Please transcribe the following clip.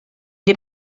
des